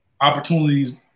opportunities